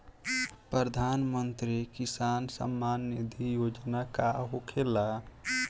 प्रधानमंत्री किसान सम्मान निधि योजना का होखेला?